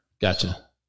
Gotcha